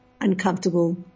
uncomfortable